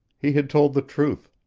he had told the truth.